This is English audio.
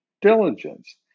diligence